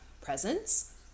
presence